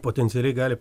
potencialiai gali